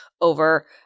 over